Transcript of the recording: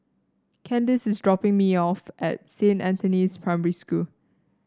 Kandice is dropping me off at Saint Anthony's Primary School